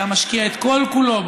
שמשקיע את כל-כולו,